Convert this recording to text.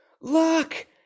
Look